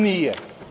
Nije.